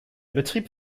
betrieb